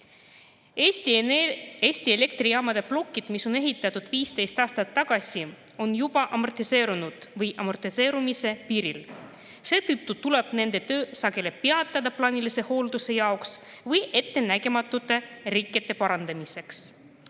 Eesti elektrijaamade plokid, mis on ehitatud 15 aastat tagasi, on juba amortiseerunud või amortiseerumise piiril. Seetõttu tuleb nende töö sageli peatada plaanilise hoolduse jaoks või ettenägematute rikete parandamiseks.